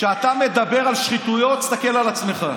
כשאתה מדבר על שחיתויות תסתכל על עצמך.